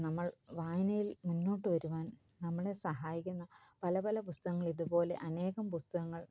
നമ്മൾ വായനയിൽ മുന്നോട്ട് വരുവാൻ നമ്മളെ സഹായിക്കുന്ന പല പല പുസ്തകങ്ങൾ ഇതുപോലെ അനേകം പുസ്തകങ്ങൾ